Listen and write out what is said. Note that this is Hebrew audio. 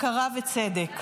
הכרה וצדק.